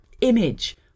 image